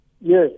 Yes